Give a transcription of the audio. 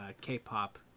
K-pop